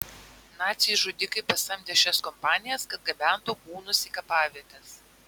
naciai žudikai pasamdė šias kompanijas kad gabentų kūnus į kapavietes